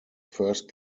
first